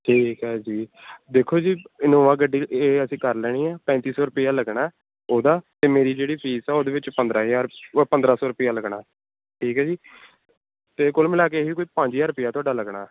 ਠੀਕ ਹੈ ਜੀ ਦੇਖੋ ਜੀ ਇਨੋਵਾ ਗੱਡੀ ਇਹ ਅਸੀਂ ਕਰ ਲੈਣੀ ਹੈ ਪੈਂਤੀ ਸੌ ਰੁਪਇਆ ਲੱਗਣਾ ਉਹਦਾ ਅਤੇ ਮੇਰੀ ਜਿਹੜੀ ਫੀਸ ਆ ਉਹਦੇ ਵਿੱਚ ਪੰਦਰਾਂ ਹਜ਼ਾਰ ਪੰਦਰਾਂ ਸੌ ਰੁਪਇਆ ਲੱਗਣਾ ਠੀਕ ਹੈ ਜੀ ਅਤੇ ਕੁਲ ਮਿਲਾ ਕੇ ਇਹੀ ਕੋਈ ਪੰਜ ਹਜ਼ਾਰ ਰੁਪਇਆ ਤੁਹਾਡਾ ਲੱਗਣਾ